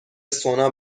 سونا